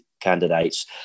candidates